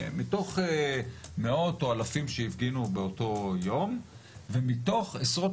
מתוך מאות או אלפים שהפגינו באותו יום ומתוך עשרות